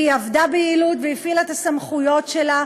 והיא עבדה ביעילות והפעילה את הסמכויות שלה,